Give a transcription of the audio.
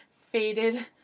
faded